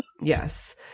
Yes